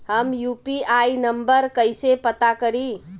हम UPI number कइसे पता करी?